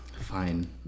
Fine